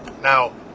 Now